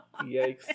yikes